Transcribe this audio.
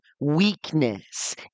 weakness